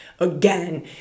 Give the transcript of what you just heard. Again